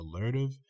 alertive